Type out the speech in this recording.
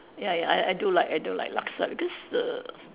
ya ya I I do like I do like laksa because the